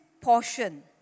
portion